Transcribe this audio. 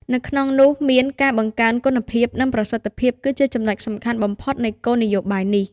នៅក្នុងនោះមាន ការបង្កើនគុណភាព និងប្រសិទ្ធភាព គឺជាចំណុចសំខាន់បំផុតនៃគោលនយោបាយនេះ។